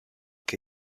che